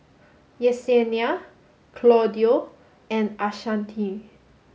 Yessenia Claudio and Ashanti